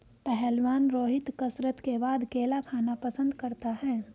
पहलवान रोहित कसरत के बाद केला खाना पसंद करता है